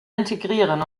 integrieren